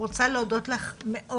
אני רוצה להודות לך מאוד,